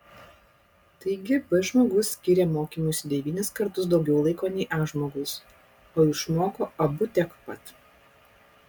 taigi b žmogus skyrė mokymuisi devynis kartus daugiau laiko nei a žmogus o išmoko abu tiek pat